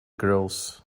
girls